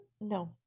no